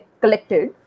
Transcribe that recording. collected